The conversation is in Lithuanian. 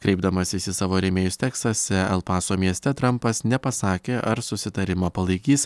kreipdamasis į savo rėmėjus teksase el paso mieste trampas nepasakė ar susitarimą palaikys